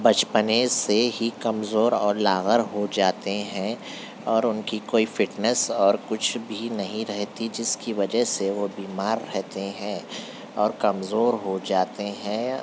بچپنے سے ہی کمزور اور لاغر ہو جاتے ہیں اور اُن کی کوئی فٹنیس اور کچھ بھی نہیں رہتی جس کی وجہ سے وہ بیمار رہتے ہیں اور کمزور ہو جاتے ہیں